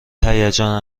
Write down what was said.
هیجان